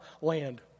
land